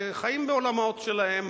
וחיים בעולמות שלהם.